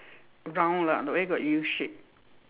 round lah where got U shape